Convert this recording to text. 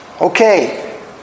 Okay